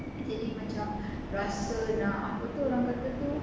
is it in my job plus for too long